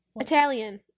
italian